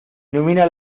ilumina